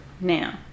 now